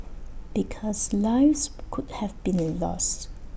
because lives could have been lost